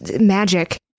Magic